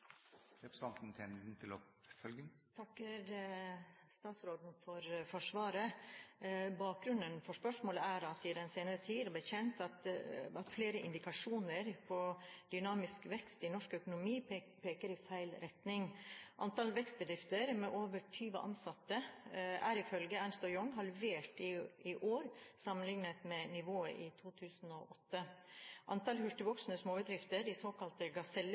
takker statsråden for svaret. Bakgrunnen for spørsmålet er at det i den senere tid har blitt kjent at det har vært flere indikasjoner på at dynamisk vekst i norsk økonomi peker i feil retning. Antallet vekstbedrifter med over 20 ansatte er ifølge Ernst & Young halvert i år, sammenliknet med nivået i 2008. Antall hurtigvoksende småbedrifter, de såkalte